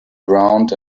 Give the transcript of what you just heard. ground